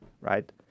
right